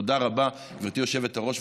תודה רבה, גברתי היושבת-ראש.